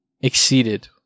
exceeded